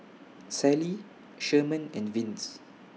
Sallie Sherman and Vince